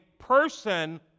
person